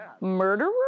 murderer